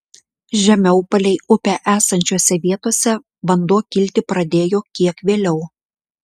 žemiau palei upę esančiose vietose vanduo kilti pradėjo kiek vėliau